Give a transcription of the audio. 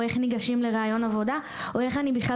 איך ניגשים לריאיון עבודה או איך אני בכלל